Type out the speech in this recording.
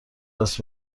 راست